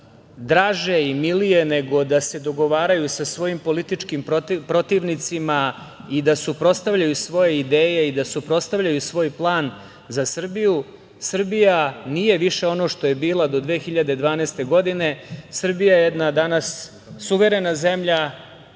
draže i milije nego da se dogovaraju sa svojim političkim protivnicima i da suprotstavljaju svoje ideje i da suprotstavljaju svoj plan za Srbiju, Srbija nije više ono što je bila do 2012. godine, Srbije je danas jedna suverena zemlja